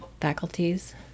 faculties